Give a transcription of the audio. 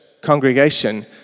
congregation